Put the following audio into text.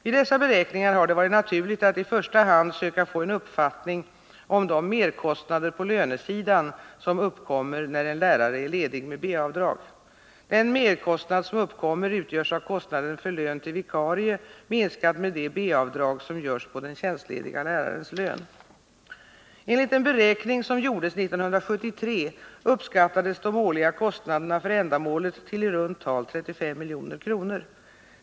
Vid dessa beräkningar har det varit naturligt att i första hand söka få en uppfattning om de merkostnader på lönesidan som uppkommer när en Enligt en beräkning som gjordes 1973 uppskattades de årliga kostnaderna för ändamålet till i runt tal 35 milj.kr.